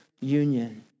union